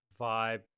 vibe